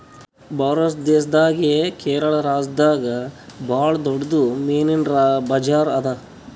ಭಾರತ್ ದೇಶದಾಗೆ ಕೇರಳ ರಾಜ್ಯದಾಗ್ ಭಾಳ್ ದೊಡ್ಡದ್ ಮೀನಿನ್ ಬಜಾರ್ ಅದಾ